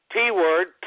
P-word